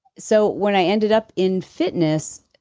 so when i ended up in fitness,